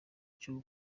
cyo